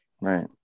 right